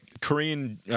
Korean